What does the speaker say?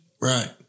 Right